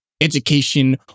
education